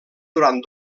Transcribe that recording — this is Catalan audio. durant